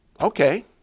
Okay